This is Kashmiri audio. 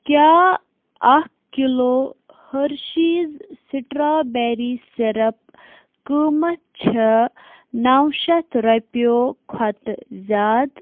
کیٛاہ اَکھ کِلوٗ ۂرشیٖز سِٹرٛابیٚری سِرپ قۭمتھ چھِ نَو شَتھ رۄپیو کھۄتہٕ زیاد